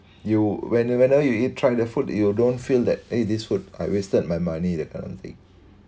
you when you whether you eat tried the food you don't feel that eh this food I wasted my money that kind of thing